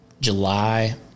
July